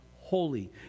holy